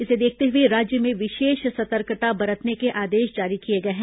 इसे देखते हुए राज्य में विशेष सतर्कता बरतने के आदेश जारी किए गए हैं